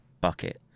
bucket